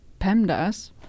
PEMDAS